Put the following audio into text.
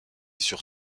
sur